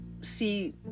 see